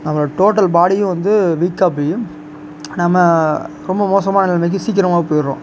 நம்ம டோட்டல் பாடியும் வந்து வீக்காக போயும் நம்ம ரொம்ப மோசமான நிலமைக்கு சீக்கரமாக போயிடறோம்